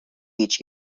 each